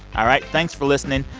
all right, thanks for listening.